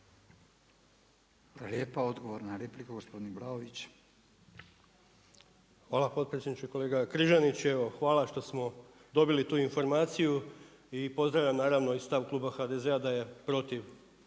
Replika, odgovor na repliku gospodin Vlaović. **Vlaović, Davor (HSS)** Hvala potpredsjedniče. Kolega Križanić, evo hvala što smo dobili tu informaciju i pozdravljam naravno i stav kluba HDZ-a da je protiv